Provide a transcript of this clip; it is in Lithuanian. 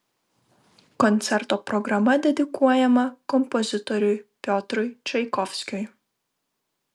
koncerto programa dedikuojama kompozitoriui piotrui čaikovskiui